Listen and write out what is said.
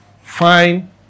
fine